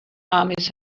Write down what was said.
armies